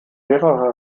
mehrere